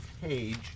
page